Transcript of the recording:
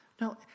No